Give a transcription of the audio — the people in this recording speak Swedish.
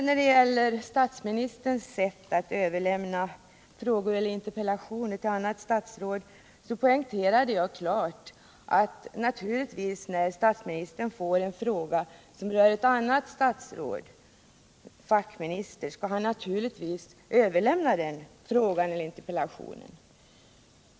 När det gäller statsministerns sätt att överlämna frågor och interpellationer till annat statsråd poängterade jag klart att statsministern, när han får en fråga som rör ett annat statsråd, en fackminister, naturligtvis skall överlämna frågan eller interpellationen.